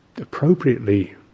appropriately